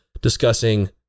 discussing